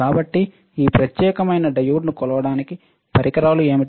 కాబట్టి ఈ ప్రత్యేకమైన డయోడ్ను కొలవడానికి పరికరాలు ఏమిటి